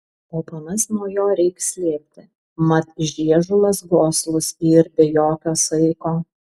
o panas nuo jo reik slėpti mat žiežulas goslus yr be jokio saiko